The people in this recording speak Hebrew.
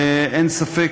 ואין ספק